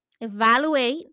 evaluate